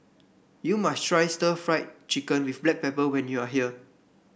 you must try Stir Fried Chicken with Black Pepper when you are here